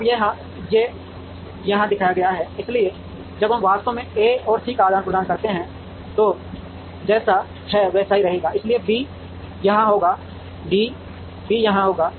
अब यह यहां दिखाया गया है इसलिए जब हम वास्तव में ए और सी का आदान प्रदान करते हैं तो जैसा है वैसा ही रहेगा इसलिए बी यहां होगा डी भी यहां होगा